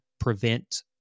prevent